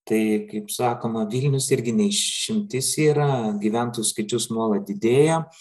tai kaip sakoma vilnius irgi ne išimtis yra gyventojų skaičius nuolat didėja